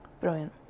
brilliant